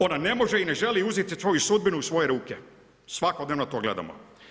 Ona ne može i ne želi uzeti svoju sudbinu u svoje ruke, svakodnevno to gledamo.